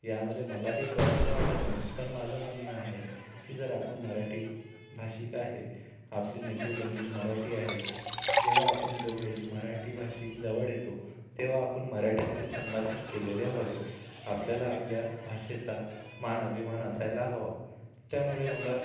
यामध्ये मला काही प्रॉब्लेम वाटत नाही पण माझं म्हणणं आहे की जर आपण मराठी भाषिक आहे आपली नेटिव लँग्वेज मराठी आहे जेव्हा आपण दोघंही मराठी भाषिक जवळ येतो तेव्हा आपण मराठीमध्ये संभाषण केलेले हवे आपल्याला आपल्या भाषेचा मान अभिमान असायला हवा त्यामुळे मला